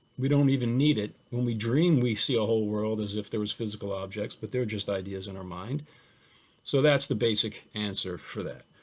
we don't even need it. when we dream, we see a whole world as if there was physical objects, but they're just ideas in our mind so that's the basic answer for that.